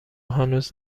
هنوز